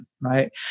right